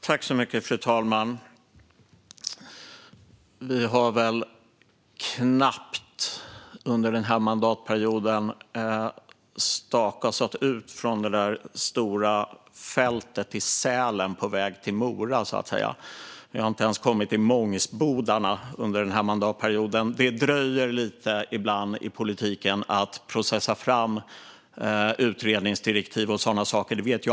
Fru talman! Vi har väl under den här mandatperioden knappt stakat oss ut från det där stora fältet i Sälen på väg till Mora. Vi har ens kommit till Mångsbodarna under den här mandatperioden. Det dröjer lite ibland i politiken när man ska processa fram utredningsdirektiv och sådana saker.